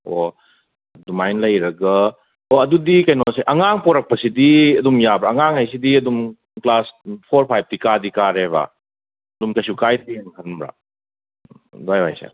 ꯑꯣ ꯑꯗꯨꯃꯥꯏ ꯂꯩꯔꯒ ꯑꯦ ꯑꯗꯨꯗꯤ ꯀꯩꯅꯣꯁꯦ ꯑꯉꯥꯡ ꯄꯣꯔꯛꯄꯁꯤꯗꯤ ꯑꯗꯨꯝ ꯌꯥꯕ꯭ꯔꯥ ꯑꯉꯥꯡ ꯍꯥꯏꯁꯤꯗꯤ ꯑꯗꯨꯝ ꯀ꯭ꯂꯥꯁ ꯐꯣꯔ ꯐꯥꯏꯕꯇꯤ ꯀꯥꯗꯤ ꯀꯥꯔꯦꯕ ꯑꯗꯨꯝ ꯀꯩꯁꯨ ꯀꯥꯏꯗꯦꯅ ꯈꯟꯕ꯭ꯔꯥ ꯑꯗꯥꯏꯋꯥꯏꯁꯦ